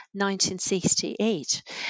1968